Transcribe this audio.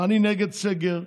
אני נגד סגר.